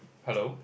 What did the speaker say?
hello